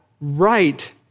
right